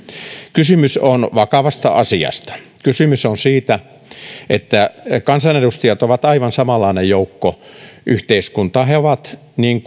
kysymys on vakavasta asiasta kysymys on siitä että kansanedustajat ovat aivan samanlainen joukko yhteiskuntaa kuin muut he ovat niin